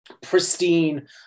pristine